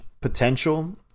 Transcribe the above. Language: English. potential